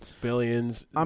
billions